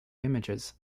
images